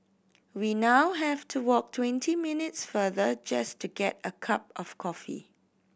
we now have to walk twenty minutes farther just to get a cup of coffee